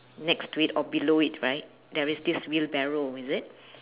next to it or below it right there is this wheelbarrow is it